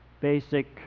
basic